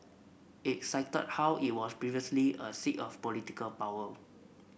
it cited how it was previously a seat of political power